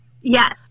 Yes